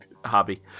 hobby